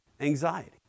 anxiety